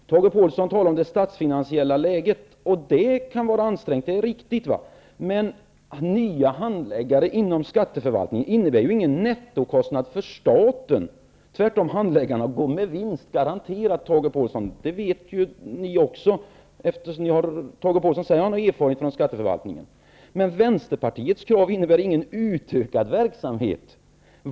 Fru talman! Tage Påhlsson talar om det statsfinansiella läget. Det är ansträngt -- det kan vara riktigt. Men nya handläggare inom skatteförvaltningen innebär ju ingen nettokostnad för staten. Tvärtom -- handläggarna går garanterat med vinst, Tage Påhlsson; det vet ju ni också. Tage Påhlsson säger ju att han har erfarenhet från skatteförvaltningen. Men Vänsterpartiets krav innebär ingen utökad verksamhet.